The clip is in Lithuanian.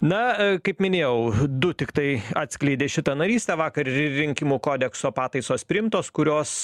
na kaip minėjau du tiktai atskleidė šitą narystę vakar rinkimų kodekso pataisos priimtos kurios